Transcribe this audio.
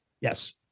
Yes